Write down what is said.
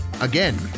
Again